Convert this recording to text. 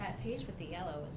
that he is with the yellow